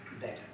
better